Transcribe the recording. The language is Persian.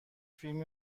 فیلم